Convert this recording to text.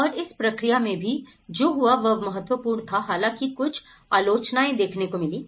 और इस प्रक्रिया में भी जो हुआ वह महत्वपूर्ण था हालांकि कुछ आलोचनाएँ देखने को मिली